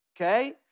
Okay